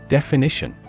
Definition